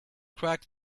crack